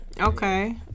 okay